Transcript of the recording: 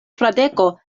fradeko